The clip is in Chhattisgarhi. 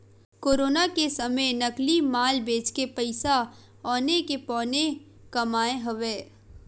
कोरोना के समे नकली माल बेचके पइसा औने के पौने कमाए हवय